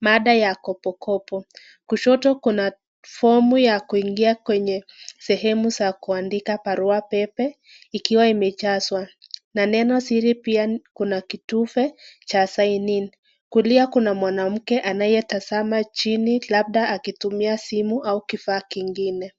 mada ya kopokopo. Kushoto kuna fomu ya kuingia kwenye sehemu za kuandika barua pepe, ikiwa imejazwa. Na neno siri pia kuna kitufe cha sign in . Kulia kuna mwanamke anayetazama chini labda akitumia simu ama kifaa kingine.